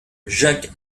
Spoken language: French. jacques